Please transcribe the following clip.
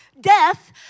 death